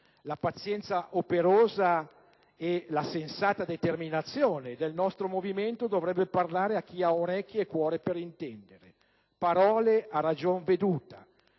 la pazienza operosa e la sensata determinazione del nostro movimento dovrebbero parlare a chi ha orecchie e cuore per intendere. Parole a ragion veduta,